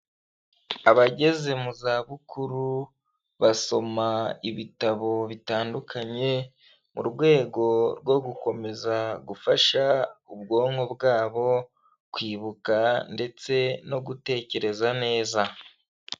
Abageze mu za bukuru, basoma ibitabo bitandukanye, mu rwego rwo gukomeza gufasha ubwonko bwabo kwibuka ndetse no gutekereza neza.